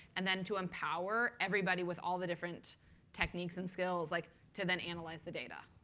and then to empower everybody with all the different techniques and skills like to then analyze the data,